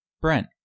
Brent